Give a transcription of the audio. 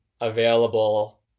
available